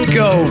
go